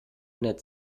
nett